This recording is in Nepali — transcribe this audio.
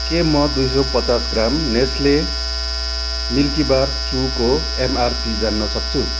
के म दुई सौ पचास ग्राम नेस्ले मिल्किबार चुको एमआरपी जान्न सक्छु